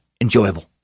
enjoyable